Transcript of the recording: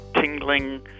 tingling